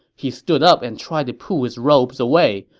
he stood up and tried to pull his robes away,